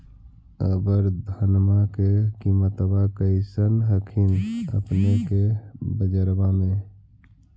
अबर धानमा के किमत्बा कैसन हखिन अपने के बजरबा में?